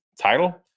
title